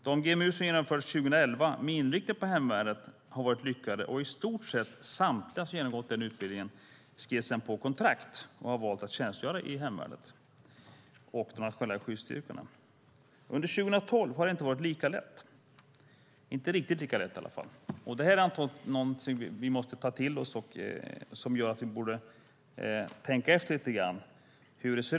De GMU som genomfördes 2011 med inriktning på hemvärnet har varit lyckade, och i stort sett samtliga som genomgått utbildningen har sedan skrivit på kontrakt och har valt att tjänstgöra i hemvärnet och de nationella skyddsstyrkorna. Under 2012 har det inte varit riktigt lika lätt. Det är något vi borde ta till oss och som gör att vi borde tänka efter lite grann.